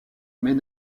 mais